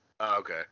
Okay